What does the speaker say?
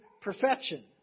perfection